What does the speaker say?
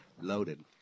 Loaded